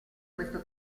questo